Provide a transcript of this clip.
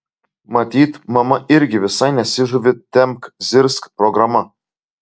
matyt mama irgi visai nesižavi tempk zirzk programa